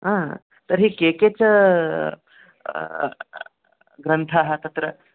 आ तर्हि के के च ग्रन्थाः तत्र